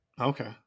Okay